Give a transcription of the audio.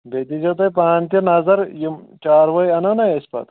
بیٚیہِ دیٖزیٚو تُہۍ پانہٕ تہِ نظر یِم چاروٲے اَنو نا أسۍ پَتہٕ